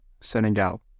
Senegal